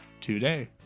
today